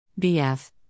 Bf